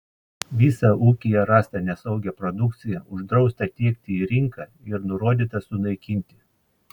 visą ūkyje rastą nesaugią produkciją uždrausta tiekti į rinką ir nurodyta sunaikinti